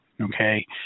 okay